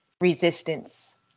resistance